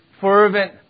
fervent